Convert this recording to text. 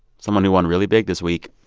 someone who won really big this week,